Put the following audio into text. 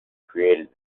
created